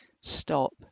stop